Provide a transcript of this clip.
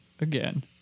Again